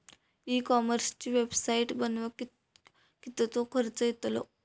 E कॉमर्सची website बनवक किततो खर्च येतलो?